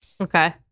Okay